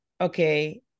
okay